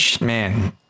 man